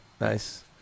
Nice